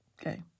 Okay